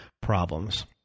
problems